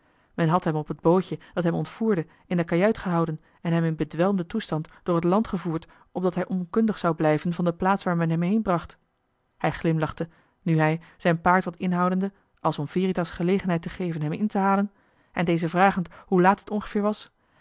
men had hem op het bootje dat hem ontvoerde in de kajuit gehouden en hem in bedwelmden toestand door het land gevoerd opdat hij onkundig zou blijven van de plaats waar men hem heen bracht hij glimlachte nu hij zijn paard wat inhoudende als om veritas gelegenheid te geven hem in te halen en deze vragend hoe laat het ongeveer was